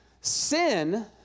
sin